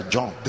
John